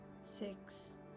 six